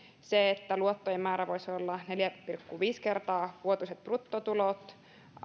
luottojen määrä voisi olla neljä pilkku viisi kertaa vuotuiset bruttotulot